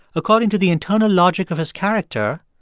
according to the internal logic of his character,